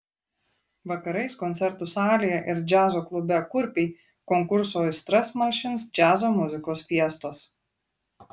vakarais koncertų salėje ir džiazo klube kurpiai konkurso aistras malšins džiazo muzikos fiestos